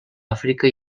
àfrica